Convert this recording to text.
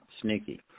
sneaky